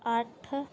ਅੱਠ